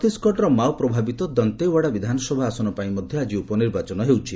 ଛତିଶଗଡ଼ର ମାଓପ୍ରଭାବିତ ଦାନ୍ତେୱାଡ଼ା ବିଧାନସଭା ଆସନ ପାଇଁ ମଧ୍ୟ ଆଜି ଉପନିର୍ବାଚନ ହେଉଛି